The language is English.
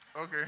Okay